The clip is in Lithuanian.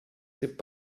taip